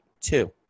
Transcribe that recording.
Two